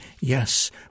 Yes